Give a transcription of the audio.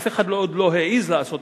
אף אחד עוד לא העז לעשות